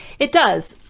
it does.